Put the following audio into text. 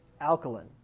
alkaline